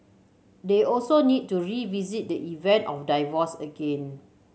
they also need to revisit the event of divorce again